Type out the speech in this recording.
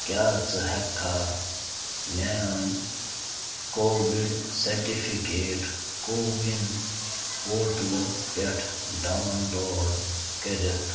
کیٛاہ ژٕ ہیٚکہٕ کھا میٛٲنۍ کوٚوِڈ سٔرٹِفِکیٹ کوٚوِن پورٹلہٕ پٮ۪ٹھ ڈاوُن لوڈ کٔرِتھ